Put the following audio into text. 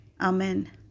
Amen